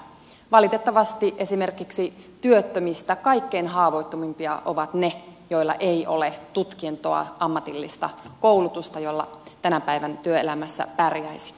valitettavasti esimerkiksi työttömistä kaikkein haavoittuvimpia ovat ne joilla ei ole tutkintoa ammatillista koulutusta jolla tänä päivänä työelämässä pärjäisi